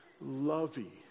lovey